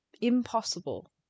impossible